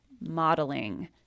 modeling